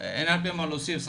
אין הרבה מה להוסיף.